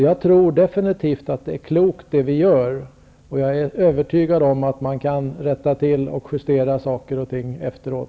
Jag tror att det vi gör är klokt, och jag är övertygad om att det går att rätta till och justera saker och ting efteråt.